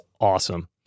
awesome